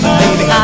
baby